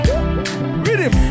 Rhythm